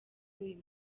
uyu